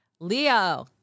Leo